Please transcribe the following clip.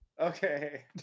okay